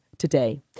today